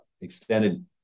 extended